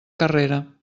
carrera